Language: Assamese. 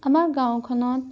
আমাৰ গাঁওখনত